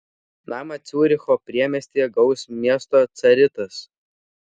namą ciuricho priemiestyje gaus miesto caritas